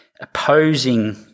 opposing